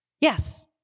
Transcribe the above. Yes